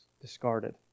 discarded